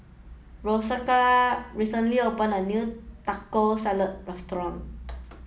Rosco recently opened a new Taco Salad Restaurant